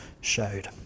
showed